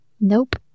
nope